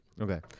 Okay